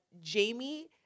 Jamie